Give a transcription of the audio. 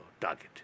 target